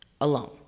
alone